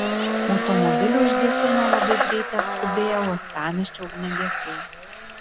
automobilį užgesino labai greitai atskubėję uostamiesčio ugniagesiai